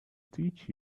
teach